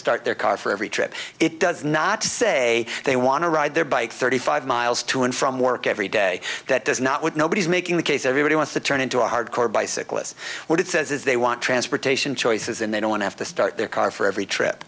start their car for every trip it does not say they want to ride their bike thirty five miles to and from work every day that there's not what nobody's making the case everybody wants to turn into a hardcore bicyclists what it says is they want transportation choices and they don't have to start their car for every trip